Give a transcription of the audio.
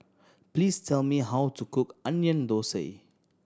please tell me how to cook Onion Thosai